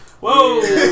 Whoa